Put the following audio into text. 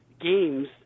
games